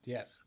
Yes